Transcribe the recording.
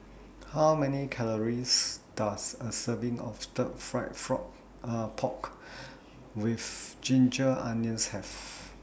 How Many Calories Does A Serving of Stir Fry Frog Pork with Ginger Onions Have